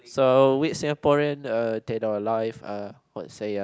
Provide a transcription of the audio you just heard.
so wait Singaporean uh take our life uh what say uh